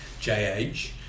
JH